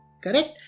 correct